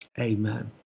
amen